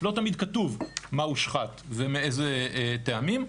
ולא תמיד כתוב מה הושחת ומאיזה טעמים.